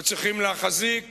וצריכים להחזיק